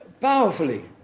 powerfully